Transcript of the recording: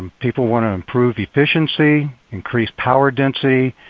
and people want to improve efficiency, increase power density,